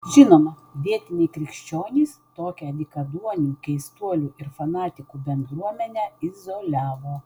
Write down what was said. žinoma vietiniai krikščionys tokią dykaduonių keistuolių fanatikų bendruomenę izoliavo